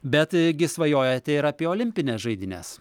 betgi svajojate ir apie olimpines žaidynes